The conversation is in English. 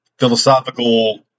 Philosophical